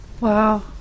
Wow